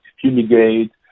fumigate